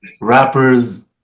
rappers